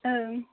ओं